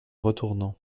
retournant